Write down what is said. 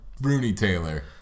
Rooney-Taylor